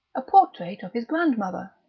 a portrait of his grandmother